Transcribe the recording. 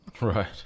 Right